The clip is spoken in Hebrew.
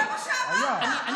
זה מה שאמרת, אמרת שהייתה שיחה.